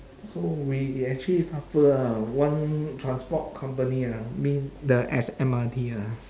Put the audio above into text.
so we actually suffer ah one transport company ah mean the S_M_R_T ah